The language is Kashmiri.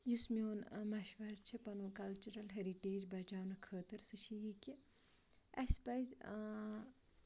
یُس میون مَشوَرٕ چھِ پَنُن کَلچرَل ہٮ۪رِٹیج بَچاونہٕ خٲطرٕ سُہ چھِ یی کہِ اَسہِ پَزِ